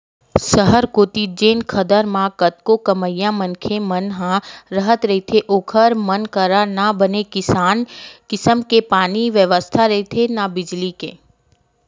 सहर कोती जेन खदर म कतको कमइया मनखे मन ह राहत रहिथे ओखर मन करा न बने किसम के पानी के बेवस्था राहय, न बिजली के